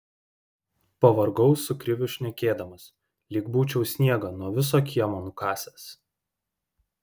pavargau su kriviu šnekėdamas lyg būčiau sniegą nuo viso kiemo nukasęs